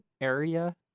area